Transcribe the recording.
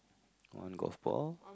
one golf ball